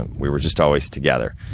and we were just always together.